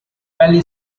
valley